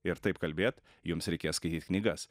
ir taip kalbėti jums reikės skaityt knygas